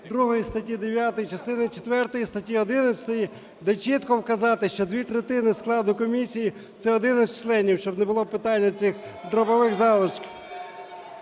четвертої статті 11, де чітко вказати, що дві третини складу комісії - це 11 членів. Щоб не було питання цих дробових залишків.